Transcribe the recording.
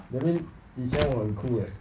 I mean 以前我很 cool leh